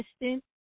assistant